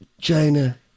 China